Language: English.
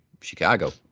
Chicago